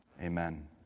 Amen